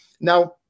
now